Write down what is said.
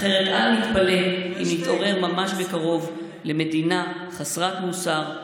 אחרת אל נתפלא אם נתעורר ממש בקרוב למדינה חסרת מוסר,